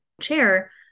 chair